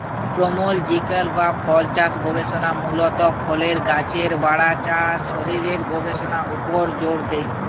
pomological বা ফলচাষ গবেষণা মূলত ফলের গাছের বাড়া, চাষ আর শরীরের গবেষণার উপর জোর দেয়